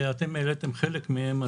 ואתם העליתם חלק מהם,